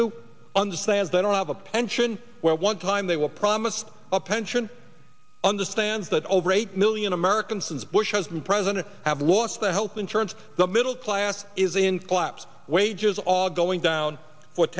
to understand they don't have a pension where one time they were promised a pension understands that over eight million americans since bush has been president have lost their health insurance the middle class is in collapse wages all going down what